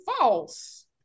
False